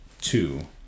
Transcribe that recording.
two